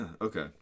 Okay